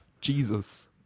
Jesus